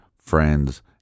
friends